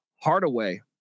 Hardaway